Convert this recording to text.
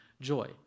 joy